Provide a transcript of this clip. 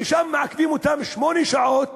ושם מעכבים אותם שמונה שעות